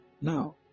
now